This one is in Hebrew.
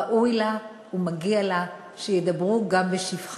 ראוי לה ומגיע לה שידברו גם בשבחה.